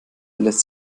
lässt